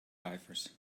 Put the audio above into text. diapers